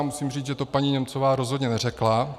Musím říct, že to paní Němcová rozhodně neřekla.